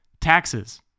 Taxes